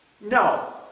No